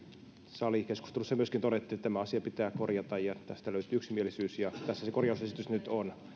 salikeskustelussa myöskin todettiin että tämä asia pitää korjata ja tästä löytyi yksimielisyys ja tässä se korjausesitys nyt on